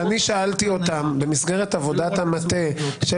אני שאלתי אותם במסגרת עבודת המטה של